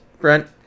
Brent